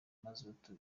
mazutu